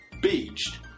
beached